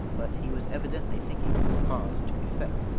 but he was evidently thinking from cause to effect,